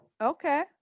Okay